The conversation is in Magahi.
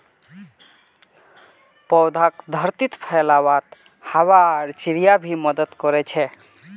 पौधाक धरतीत फैलवात हवा आर चिड़िया भी मदद कर छे